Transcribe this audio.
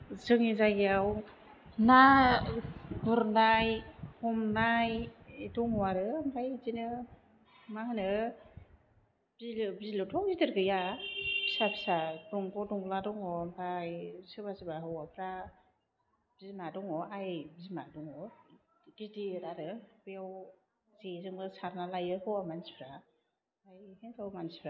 जोंनि जायगायाव ना गुरनाय हमनाय दङ आरो आमफ्राय बिदिनो मा होनो बिलो बिलोथ' गिदिर गैया फिसा फिसा दंग दंला दङ आमफ्राय सोरबा सोरबा हौवाफ्रा बिमा दङ आइ बिमा दङ गिदिर आरो बेव जेजोंबो सारना लायो हौवा मानसिफ्रा ओमफ्राय हिन्जाव मानसिफ्रा